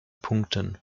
punkten